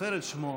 זוכר את שמו,